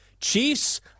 Chiefs